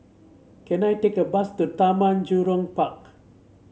can I take a bus to Taman Jurong Park